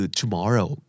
tomorrow